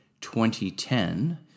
2010